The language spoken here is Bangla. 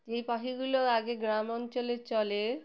যে এই পাখিগুলো আগে গ্রাম অঞ্চলে চলে